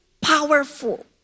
powerful